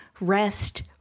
rest